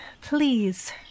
Please